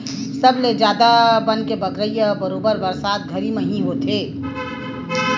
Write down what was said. सबले जादा बन के बगरई ह बरोबर बरसात घरी म ही होथे